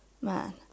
man